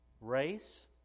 race